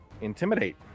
intimidate